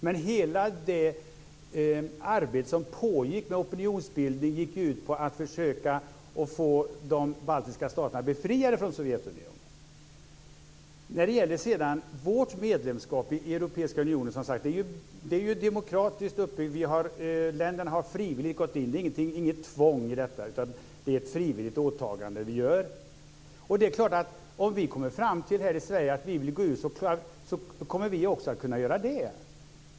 Men hela det arbete som pågick med opinionsbildning gick ju ut på att försöka att få de baltiska staterna befriade från Sovjetunionen. Vårt medlemskap i Europeiska unionen är ju demokratiskt uppbyggt. Länderna har frivilligt gått in. Det är inget tvång i detta, utan det är ett frivilligt åtagande vi gör. Det är klart att om vi här i Sverige kommer fram till att vi vill gå ur, kommer vi också att kunna göra det.